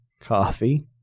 Coffee